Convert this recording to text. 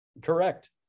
Correct